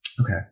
Okay